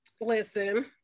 listen